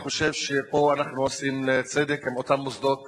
אני חושב שפה אנחנו עושים צדק עם אותם מוסדות